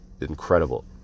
incredible